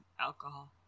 alcohol